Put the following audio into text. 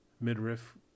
midriff